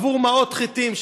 עבור מעות חטים,